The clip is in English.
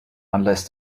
unless